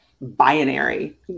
binary